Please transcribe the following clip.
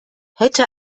hätte